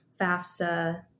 FAFSA